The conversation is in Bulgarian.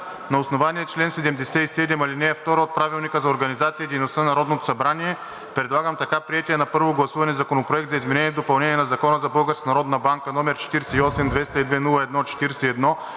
на основание чл. 77, ал. 2 от Правилника за организацията и дейността на Народното събрание предлагам така приетия на първо гласуване Законопроект за изменение и допълнение на Закона за Българската